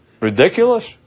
Ridiculous